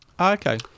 okay